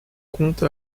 compte